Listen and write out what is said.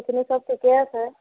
এইখিনি চব ঠিকেই আছে